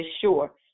sure